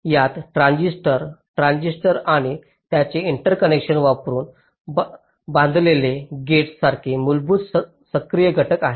यात transistor transistor आणि त्यांचे इंटरकनेक्शन वापरून बांधलेले गेट्स सारखे मूलभूत सक्रिय घटक आहेत